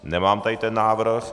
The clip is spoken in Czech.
Nemám tady ten návrh.